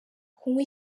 kunywa